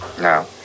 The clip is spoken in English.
No